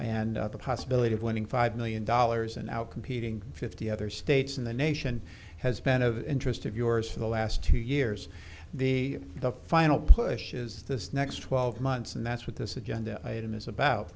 and other possibility of winning five million dollars and now competing fifty other states in the nation has been of interest of yours for the last two years the the final push is the next twelve months and that's what this agenda item is about